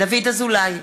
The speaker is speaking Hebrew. דוד אזולאי,